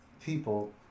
people